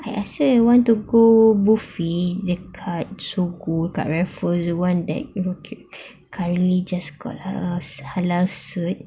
I asked her want to go buffet dekat dekat raffles the one that currently just got halal cert